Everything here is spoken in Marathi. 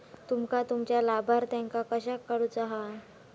तुमका तुमच्या लाभार्थ्यांका कशाक काढुचा हा?